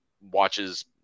watches